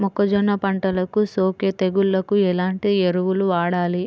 మొక్కజొన్న పంటలకు సోకే తెగుళ్లకు ఎలాంటి ఎరువులు వాడాలి?